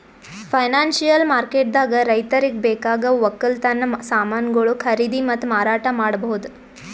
financial ಮಾರ್ಕೆಟ್ದಾಗ್ ರೈತರಿಗ್ ಬೇಕಾಗವ್ ವಕ್ಕಲತನ್ ಸಮಾನ್ಗೊಳು ಖರೀದಿ ಮತ್ತ್ ಮಾರಾಟ್ ಮಾಡ್ಬಹುದ್